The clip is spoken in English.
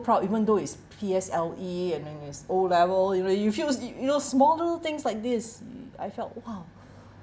proud even though it's P_S_L_E and then it's o level you know you feel s~ you know smaller things like this I felt !wow!